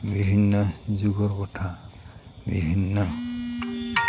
বিভিন্ন যুগৰ কথা বিভিন্ন